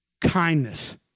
Kindness